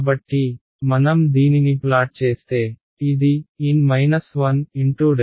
కాబట్టి మనం దీనిని ప్లాట్ చేస్తే ఇది ∆ మరియు ఇది n∆